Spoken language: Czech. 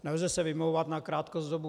Nelze se vymlouvat na krátkost doby.